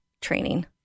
training